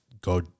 go